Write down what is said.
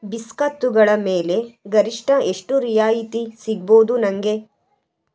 ಬಿಸ್ಕತ್ತುಗಳ ಮೇಲೆ ಗರಿಷ್ಠ ಎಷ್ಟು ರಿಯಾಯಿತಿ ಸಿಗ್ಬೋದು ನನಗೆ